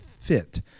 fit